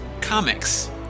comics